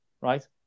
right